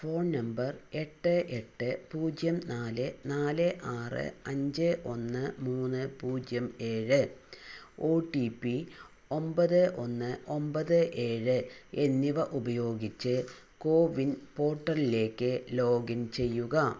phone number എട്ട് എട്ട് പൂജ്യം നാല് നാല് ആറ് അഞ്ച് ഒന്ന് മൂന്ന് പൂജ്യം ഏഴ് ഒ റ്റി പി ഒമ്പത് ഒന്ന് ഒമ്പത് ഏഴ് എന്നിവ ഉപയോഗിച്ച് കോവിൻ പോർട്ടലിലേക്ക് ലോഗിൻ ചെയ്യുക